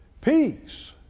peace